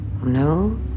No